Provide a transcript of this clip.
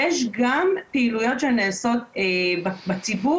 אז הפעילויות הן לכלל האוכלוסייה ברמות השונות,